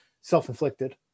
self-inflicted